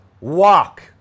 walk